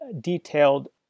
detailed